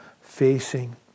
facing